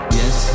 yes